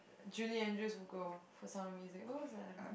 Julie Andrews would go for sound of music what was that